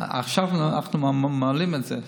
עכשיו אנחנו מעלים את זה,